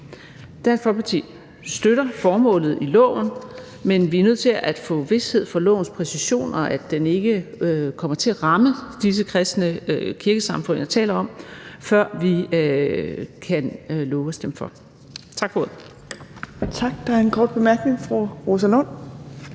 Dansk Folkeparti støtter formålet i lovforslaget, men vi er nødt til at få vished for lovforslagets præcision, så det ikke kommer til at ramme disse kristne kirkesamfund, jeg taler om, før vi kan love at stemme for. Tak for ordet.